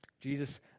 Jesus